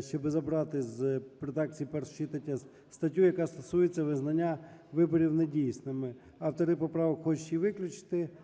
щоби забрати з редакції першого читання статтю, яка стосується визнання виборів недійсними. Автори поправки хочуть її виключити,